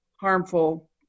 harmful